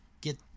get